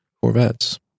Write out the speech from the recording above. Corvettes